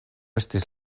estis